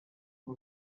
who